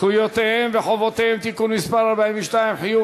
זכויותיהם וחובותיהם (תיקון מס' 42) (חיוב